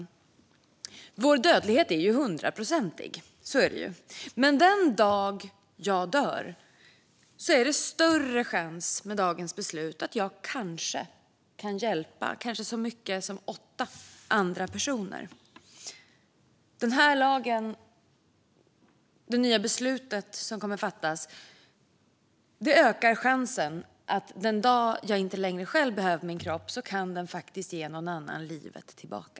Vår dödlighet är ju hundraprocentig. Så är det ju. Men den dag jag dör är det med dagens beslut större chans att jag kan hjälpa kanske så många som åtta andra personer. Det beslut som kommer att fattas här ökar chansen att den dag jag själv inte längre behöver min kropp kan den faktiskt ge någon annan livet tillbaka.